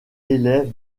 élève